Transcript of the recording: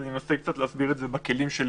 אז אני אנסה להסביר את זה בכלים שלי